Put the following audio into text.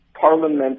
Parliament